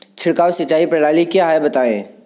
छिड़काव सिंचाई प्रणाली क्या है बताएँ?